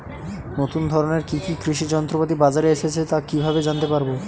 নতুন ধরনের কি কি কৃষি যন্ত্রপাতি বাজারে এসেছে তা কিভাবে জানতেপারব?